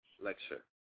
lecture